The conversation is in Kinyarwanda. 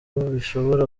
bishobora